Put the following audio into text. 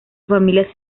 familia